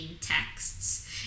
texts